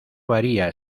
varía